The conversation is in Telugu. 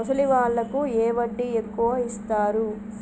ముసలి వాళ్ళకు ఏ వడ్డీ ఎక్కువ ఇస్తారు?